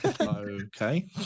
okay